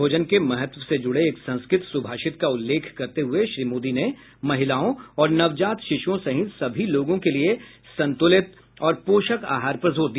भोजन के महत्व से जुड़े एक संस्कृत सुभाषित का उल्लेख करते हुए श्री मोदी ने महिलाओं और नवजात शिश्रओं सहित सभी लोगों के लिए संतुलित और पोषक आहार पर जोर दिया